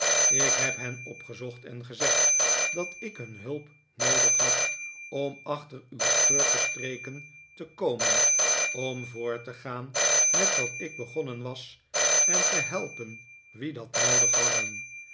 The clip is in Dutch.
ik heb hen opgezocht en gezegd dat ik hun hulp noodig had om achter uw schurkenstreken te komen om voort te gaan met wat ik begonnen was en te helpen wie dat noodig hadden